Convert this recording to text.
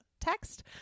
text